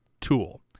Tool